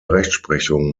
rechtsprechung